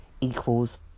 equals